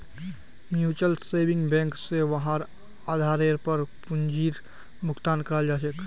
mutual saving bank स वहार आधारेर पर पूंजीर भुगतान कराल जा छेक